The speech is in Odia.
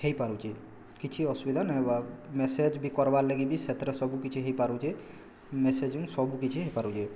ହେଇପାରୁଛି କିଛି ଅସୁବିଧା ନାଇଁ ହବା ମେସେଜ୍ ବି କର୍ବାର୍ ଲାଗି ବି ସେଥିରେ ସବୁକିଛି ହେଇପାରୁଛେ ମେସେଜ୍ ବି ସବୁକିଛି ହେଇପାରୁଛି